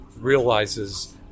realizes